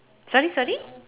sorry sorry